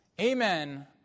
Amen